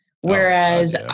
Whereas